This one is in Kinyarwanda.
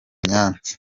nyanza